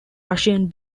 russian